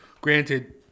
Granted